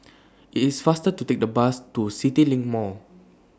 IT IS faster to Take The Bus to CityLink Mall